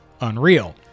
Unreal